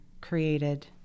created